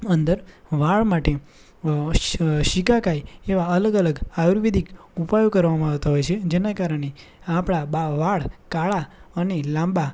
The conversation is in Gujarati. અંદર વાળ માટે શિકાકાઈ એવા અલગ અલગ આયુર્વેદિક ઉપાયો કરવામાં આવતા હોય છે જેના કારણે આપણા બા વાળ કાળા અને લાંબા